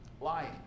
lying